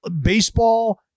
Baseball